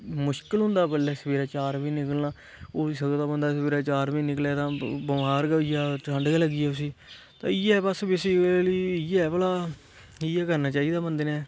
मुश्कल होंदा बडलै सवेरै चार बजे निकलना होई सकदा बंदा सवेरै चार बजे निकलै तां बमार गै होई जाऽ ठंड गै लग्गी जाऽ उस्सी ते इ'यै सब बेसिकली इ'यै ऐ भला इ'यै करना चाहिदा बंदे ने